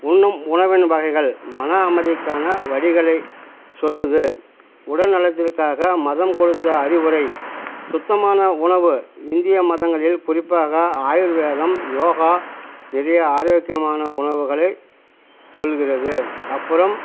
உண்னும் உணவின் வகைகள் மன அமைதிக்கான வழிகளை சொல்வது உடல் நலத்திற்காக மதம் கொடுத்த அறிவுரை சுத்தமான உணவு இந்திய மதங்களில் குறிப்பாக ஆயுர்வேதம் யோகா நிறைய ஆரோக்கியமான உணவுகளை சொல்கிறது அப்புறம்